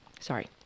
Sorry